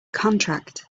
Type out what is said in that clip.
contract